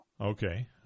Okay